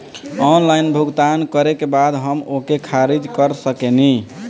Online भुगतान करे के बाद हम ओके खारिज कर सकेनि?